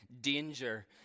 danger